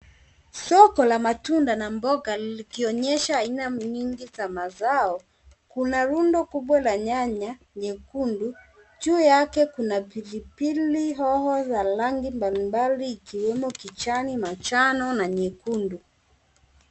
Soko la mboga na matunda likionyesha aina mingi za mazao kuna rundo kubwa la nyanya nyekundu. Juu yake kuna pilipili hoho za rangi mbalimbali ikiwemo kijani, manjano na nyekundu.